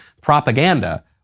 propaganda